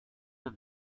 did